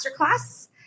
masterclass